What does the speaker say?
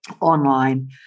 online